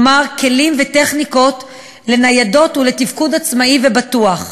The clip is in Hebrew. כלומר כלים וטכניקות לניידות ולתפקוד עצמאי ובטוח.